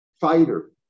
fighter